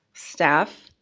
staff,